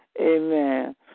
amen